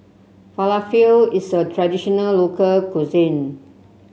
falafel is a traditional local cuisine